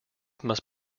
must